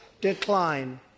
decline